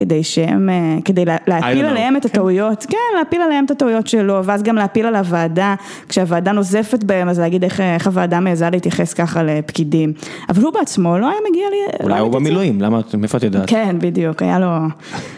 כדי שהם, כדי להפיל עליהם את הטעויות, כן להפיל עליהם את הטעויות שלו ואז גם להפיל על הוועדה כשהוועדה נוזפת בהם, אז להגיד איך הוועדה מעיזה להתייחס ככה לפקידים, אבל הוא בעצמו לא היה מגיע ל... אולי הוא במילואים, למה, מאיפה את יודעת? כן, בדיוק, היה לו...